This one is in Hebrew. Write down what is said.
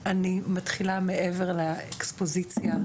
שמי יובל סרי,